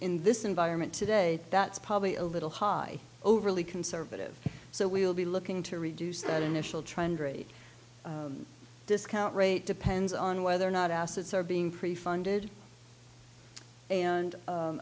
in this environment today that's probably a little high overly conservative so we'll be looking to reduce that initial trend rate discount rate depends on whether or not assets are being